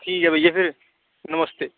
ठीक ऐ भैया फिर नमस्ते